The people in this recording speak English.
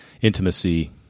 intimacy